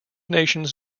nations